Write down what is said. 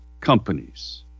companies